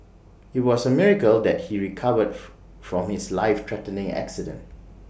IT was A miracle that he recovered from his life threatening accident